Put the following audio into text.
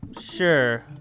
Sure